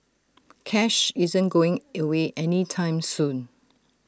cash isn't going away any time soon